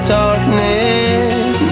darkness